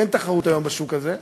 כי אין תחרות היום בשוק הזה.